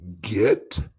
get